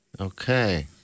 Okay